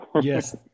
Yes